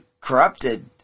corrupted